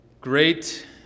Great